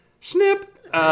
Snip